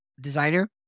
designer